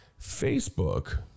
Facebook